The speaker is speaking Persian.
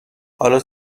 حالا